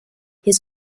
his